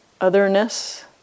otherness